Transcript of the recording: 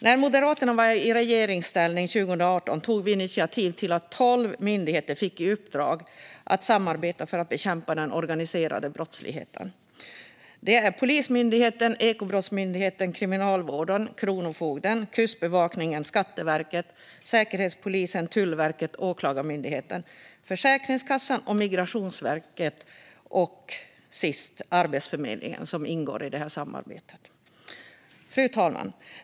När Moderaterna var i regeringsställning 2008 tog vi initiativ till att ge tolv myndigheter i uppdrag att samarbeta för att bekämpa den organiserade brottsligheten. Det är Polismyndigheten, Ekobrottsmyndigheten, Kriminalvården, Kronofogden, Kustbevakningen, Skatteverket, Säkerhetspolisen, Tullverket, Åklagarmyndigheten, Försäkringskassan, Migrationsverket och Arbetsförmedlingen som ingår i detta samarbete. Fru talman!